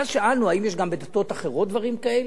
ואז שאלנו האם יש גם בדתות אחרות דברים כאלה,